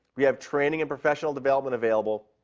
we have training and professional development available.